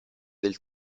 del